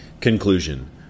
conclusion